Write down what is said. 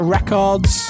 Records